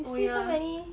you see so many